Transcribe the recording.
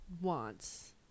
wants